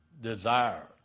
desire